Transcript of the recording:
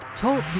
Talk